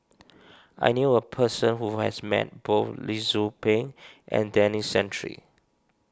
I knew a person who has met both Lee Tzu Pheng and Denis Santry